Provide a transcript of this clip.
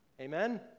Amen